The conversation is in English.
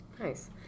Nice